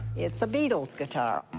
it's a beatles guitar,